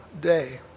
day